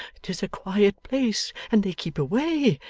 tis a quiet place, and they keep away.